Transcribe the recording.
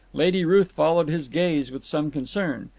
lady ruth followed his gaze with some concern.